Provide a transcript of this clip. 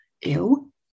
ew